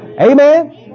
Amen